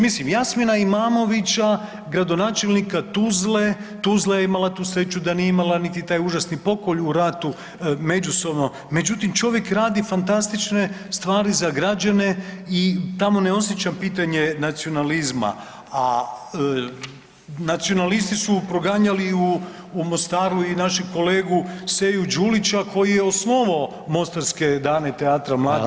Mislim Jasmina Imamovića gradonačelnika Tuzle, Tuzla je imala tu sreću da nije imala niti taj užasni pokolj u ratu međusobno, međutim čovjek radi fantastične stvari za građane i tamo ne osjećam pitanje nacionalizma, a nacionalisti su proganjali u Mostaru i našeg kolegu Seju Đulića koji je osnovao mostarske dane teatra mladih i mostarski teatar mladih.